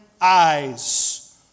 eyes